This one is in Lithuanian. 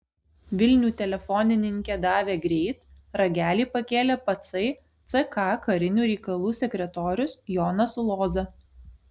vilnių telefonininkė davė greit ragelį pakėlė patsai ck karinių reikalų sekretorius jonas uloza